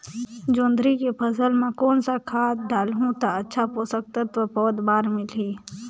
जोंदरी के फसल मां कोन सा खाद डालहु ता अच्छा पोषक तत्व पौध बार मिलही?